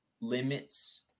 limits